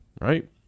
right